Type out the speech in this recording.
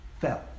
felt